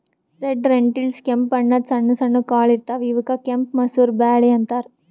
red lentils ಕೆಂಪ್ ಬಣ್ಣದ್ ಸಣ್ಣ ಸಣ್ಣು ಕಾಳ್ ಇರ್ತವ್ ಇವಕ್ಕ್ ಕೆಂಪ್ ಮಸೂರ್ ಬ್ಯಾಳಿ ಅಂತಾರ್